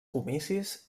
comicis